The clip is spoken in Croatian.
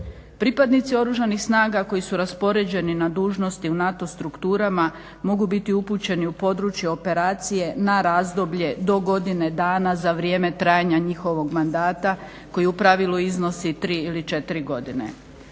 Pripadnici Oružanih snaga koji su raspoređeni na dužnosti u NATO strukturama mogu biti upućeni u područje operacije na razdoblje do godine dana za vrijeme trajanja njihovog mandata koji u pravilu iznosi tri ili četiri godine.